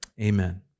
amen